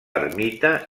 ermita